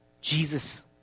Jesus